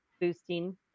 boosting